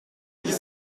dix